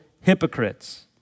hypocrites